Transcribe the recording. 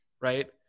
right